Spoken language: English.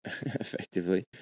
effectively